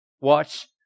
Watch